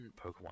Pokemon